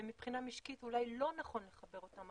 ומבחינה משקית אולי לא נכון לחבר אותם,